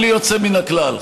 בלי יוצא מן הכלל,